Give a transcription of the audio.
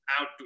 out